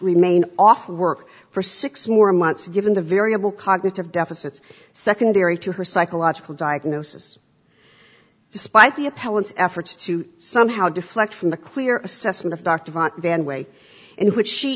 remain off of work for six more months given the variable cognitive deficits secondary to her psychological diagnosis despite the appellant's efforts to somehow deflect from the clear assessment of dr van way in which she